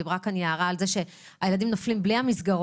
דיברה כאן יערה על זה שהילדים נופלים בלי המסגרות,